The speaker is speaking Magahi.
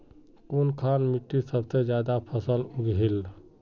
कुनखान मिट्टी सबसे ज्यादा फसल उगहिल?